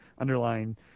underlying